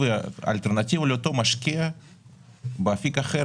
האלטרנטיבה לאותו משקיע באפיק אחר,